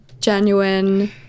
genuine